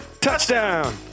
touchdown